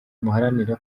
muharanire